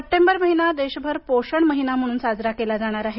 September महिना देशभर पोषण महिना म्हणून साजरा केला जाणार आहे